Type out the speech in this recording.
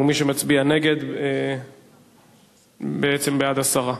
ומי שמצביע נגד, בעצם בעד הסרה.